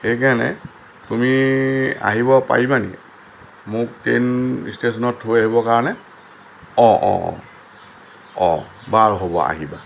সেইকাৰণে তুমি আহিব পাৰিবা নেকি মোক ট্ৰেইন ষ্টেচনত থৈ আহিব কাৰণে অঁ অঁ অঁ বাৰু হ'ব আহিবা